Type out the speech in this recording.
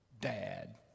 Dad